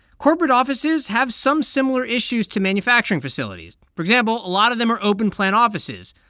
corporate offices have some similar issues to manufacturing facilities. for example, a lot of them are open-plan offices,